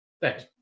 Thanks